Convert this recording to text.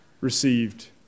received